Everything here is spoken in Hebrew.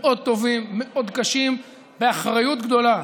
מאוד טובים, מאוד קשים, באחריות גדולה.